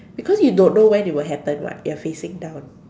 because you don't know when it will happen [what] you're facing down